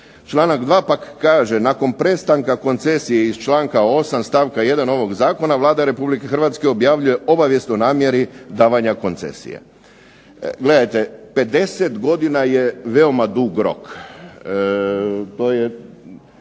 Članak 2. pak kaže nakon prestanka koncesije iz članka 8. stavka 1. ovog zakona Vlada Republike Hrvatske objavljuje obavijest o namjeri davanja koncesije. Gledajte 50 godina je veoma dug rok, to je